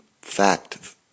fact